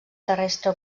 terrestre